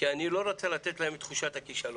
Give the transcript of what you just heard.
כי אני לא רוצה לתת להם את תחושת הכישלון.